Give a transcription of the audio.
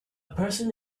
person